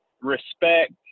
respect